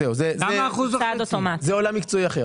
זה עולם מקצועי אחר.